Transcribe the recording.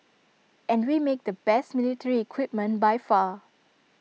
and we make the best military equipment by far